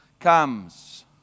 comes